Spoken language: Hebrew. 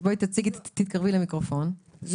בואי תתקרבי למיקרופון ותציגי את עצמך.